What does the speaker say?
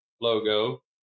logo